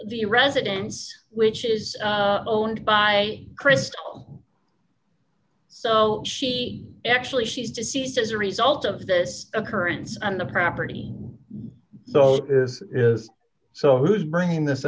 the residence which is owned by crystal so she actually she's deceased as a result of this occurrence on the property so this is so who's bringing this